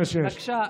דוד, בבקשה.